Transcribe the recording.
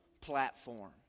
platform